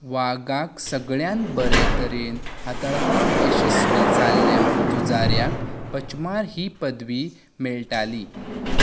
वागाक सगळ्यांत बरे तरेन हाताळपाक येसस्वी जाल्ल्या झुजाऱ्याक पचमार ही पदवी मेळटाली